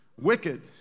Wicked